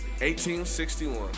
1861